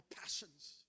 passions